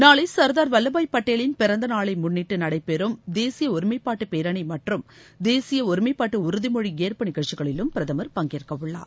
நாளை சர்தார் வல்லபாய் பட்டேலின் பிறந்த நாளை முன்னிட்டு நடைபெறும் தேசிய ஒருமைப்பாட்டு பேரணி மற்றும் தேசிய ஒருமைப்பாட்டு உறுதிமொழி ஏற்பு நிகழ்ச்சிகளிலும் பிரதமர் பங்கேற்கவுள்ளார்